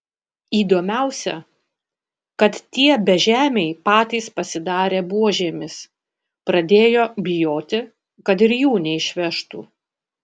įdomiausia kad tie bežemiai patys pasidarė buožėmis pradėjo bijoti kad ir jų neišvežtų